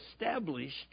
established